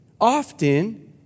often